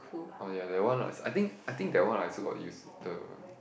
oh ya that one I I think I think that one I also got use the